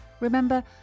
Remember